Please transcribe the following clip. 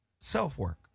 Self-work